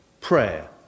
prayer